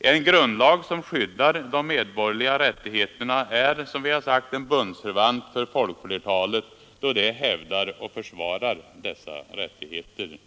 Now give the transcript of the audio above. En grundlag som skyddar de medborgerliga rättigheterna är, som vi har sagt, en bundsförvant för folkflertalet då det hävdar och försvarar dessa rättigheter.